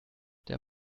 der